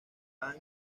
van